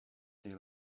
they